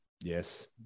Yes